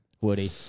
Woody